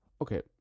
Okay